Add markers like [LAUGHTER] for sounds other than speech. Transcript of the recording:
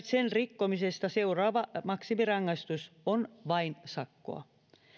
[UNINTELLIGIBLE] sen rikkomisesta seuraava maksimirangaistus on vain sakkoa